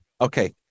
Okay